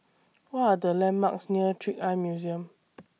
What Are The landmarks near Trick Eye Museum